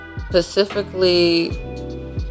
Specifically